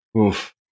Oof